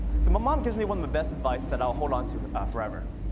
so my mom gives me one of the best advice that i'll hold onto forever.